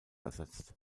ersetzt